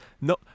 No